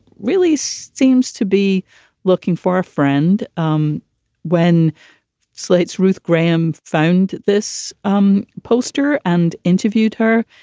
really seems to be looking for a friend. um when slate's ruth graham found this um poster and interviewed her,